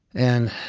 and